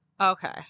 Okay